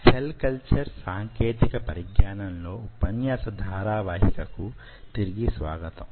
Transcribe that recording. cell culture సాంకేతిక పరిజ్ఞానం లో ఉపన్యాస ధారావాహిక కు తిరిగి స్వాగతం